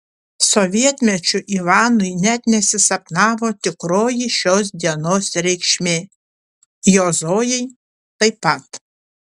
sovietmečiu ivanui net nesisapnavo tikroji šios dienos reikšmė jo zojai taip pat